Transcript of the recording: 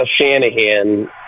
Shanahan